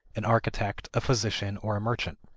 an architect, a physician, or a merchant.